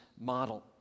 model